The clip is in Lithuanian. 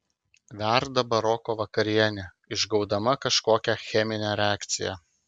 verda baroko vakarienė išgaudama kažkokią cheminę reakciją